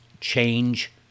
change